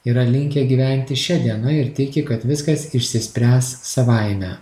yra linkę gyventi šia diena ir tiki kad viskas išsispręs savaime